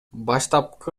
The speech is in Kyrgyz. баштапкы